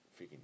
Freaking